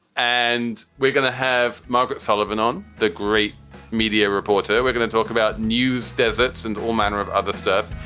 and we're going to have margaret sullivan on the great media reporter we're going to talk about news desert's and all manner of other stuff.